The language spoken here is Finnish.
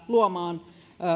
luomaan